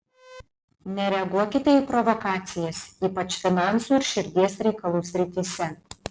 nereaguokite į provokacijas ypač finansų ir širdies reikalų srityse